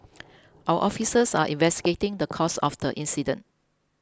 our officers are investigating the cause of the incident